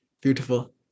Beautiful